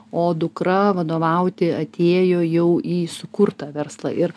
o dukra vadovauti atėjo jau į sukurtą verslą ir